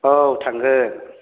औ थांगोन